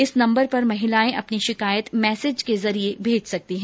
इस नंबर पर महिलायें अपनी शिकायत मैसेज के जरिये भेज सकती हैं